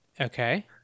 Okay